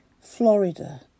Florida